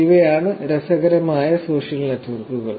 ഇവയാണ് രസകരമായ സോഷ്യൽ നെറ്റ്വർക്കുകൾ